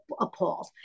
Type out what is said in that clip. appalled